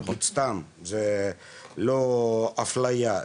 סתם זה לא אפליה,